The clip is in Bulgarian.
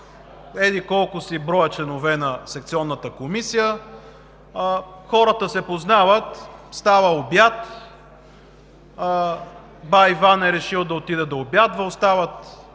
еди-колко си броя членове на секционната комисия – хората се познават. Става обяд, бай Иван е решил да обядва, остават